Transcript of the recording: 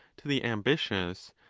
to the ambitious,